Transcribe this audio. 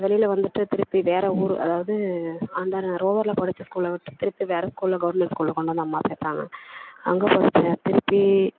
வெளியில் வந்துவிட்டு திருப்பி வேறு ஊர் அதாவது அந்த ர ரோவரில் படித்த ஸ்கூலை விட்டு திருப்பி வேறு ஸ்கூலில் கவர்மெண்ட் ஸ்கூலில் கொண்டு வந்து அம்மா சேர்த்தாங்க அங்கே படித்தேன் திருப்பி